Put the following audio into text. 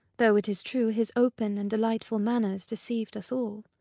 though it is true his open and delightful manners deceived us all.